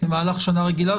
במהלך שנה רגילה?